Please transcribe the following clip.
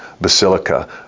Basilica